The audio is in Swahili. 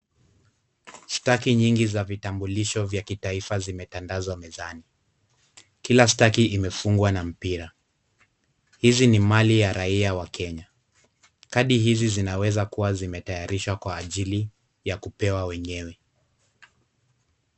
Staki nyingi za vitambulisho vya kitaifa zimetandazwa mezani. Kila staki imefungwa na mpira. Hizi ni mali ya raia wa Kenya. Kadi hizi zinaweza kuwa zimetayarishwa kwa ajili ya kupewa wenyewe.